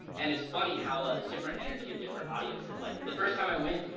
and it's funny how a different energy of different audiences, like, the first time i went,